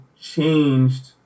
changed